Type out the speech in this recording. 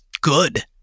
good